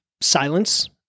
silence